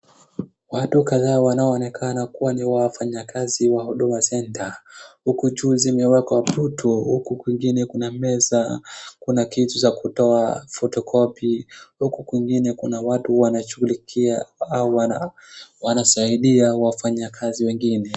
Watu kadhaa wanaonekana kuwa ni wafanayakazi wa Huduma Center. Hukuu juu zimewekwa puto huku kwingine kuna meza, kuna kitu za kutoa photocopy . Huku kwingine kuna watu wanashughulikia au wanasaidia wafanyakazi wengine.